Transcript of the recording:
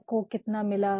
हमको कितना मिला